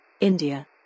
India